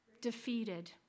defeated